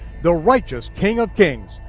the righteous king of kings,